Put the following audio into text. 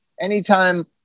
anytime